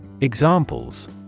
Examples